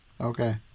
Okay